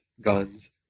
guns